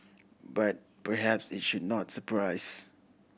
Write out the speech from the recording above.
but perhaps it should not surprise